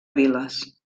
viles